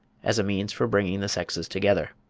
as a means for bringing the sexes together.